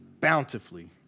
bountifully